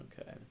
Okay